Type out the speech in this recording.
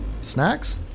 Snacks